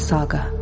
Saga